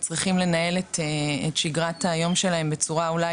וצריכים לנהל את שיגרת היום שלהם בצורה אולי